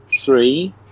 Three